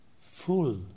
full